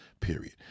period